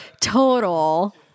total